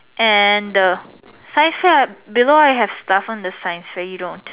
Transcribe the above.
and the science fair below I have stuff on the sign say you don't